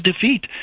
defeat